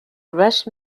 rush